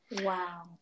Wow